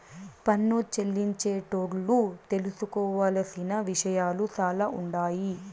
పన్ను చెల్లించేటోళ్లు తెలుసుకోవలసిన విషయాలు సాలా ఉండాయి